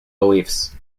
beliefs